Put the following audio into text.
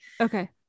Okay